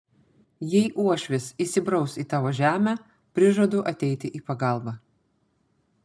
jei uošvis įsibraus į tavo žemę prižadu ateiti į pagalbą